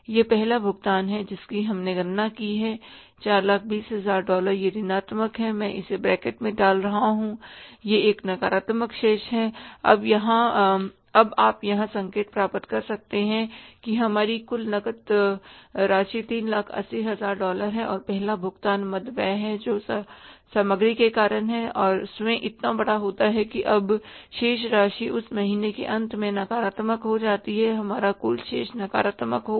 यह पहला भुगतान है जिसकी हमने गणना की है 420000 डॉलर यह ऋणात्मक है मैं इसे ब्रैकेट में डाल रहा हूं यह एक नकारात्मक शेष है अब आप यहां संकेत प्राप्त कर सकते हैं कि हमारी कुल नकद राशि 380000 डॉलर है और पहला भुगतान मद वह है जो सामग्री के कारण है स्वयं इतना बड़ा होता है कि अब शेष राशि उस महीने के अंत में नकारात्मक हो जाती है हमारा कुल शेष नकारात्मक होगा